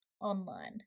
online